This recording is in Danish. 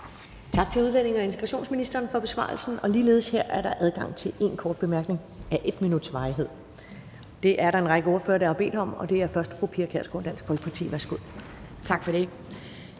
Tak til udlændinge- og integrationsministeren for besvarelsen. Ligeledes her er der adgang til en kort bemærkning af 1 minuts varighed. Det er der en række ordførere, der har bedt om, og det er først fru Pia Kjærsgaard, Dansk Folkeparti. Værsgo. Kl.